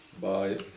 Bye